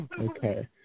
Okay